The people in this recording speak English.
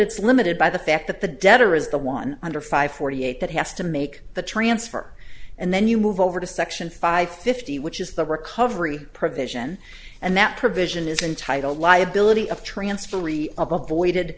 it's limited by the fact that the debtor is the one under five forty eight that has to make the transfer and then you move over to section five fifty which is the recovery provision and that provision is entitled liability of transfer of avoided